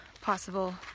possible